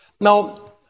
Now